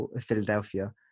Philadelphia